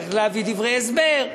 צריך להביא דברי הסבר.